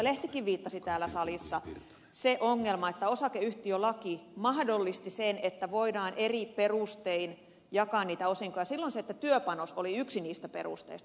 lehtikin viittasi täällä salissa että osakeyhtiölaki mahdollisti sen että voidaan eri perustein jakaa niitä osinkoja ja että työpanos oli yksi niistä perusteista